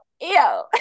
ew